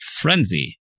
frenzy